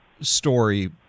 story